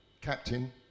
captain